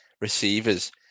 receivers